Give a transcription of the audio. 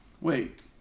wait